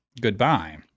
goodbye